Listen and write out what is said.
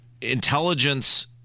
intelligence